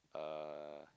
uh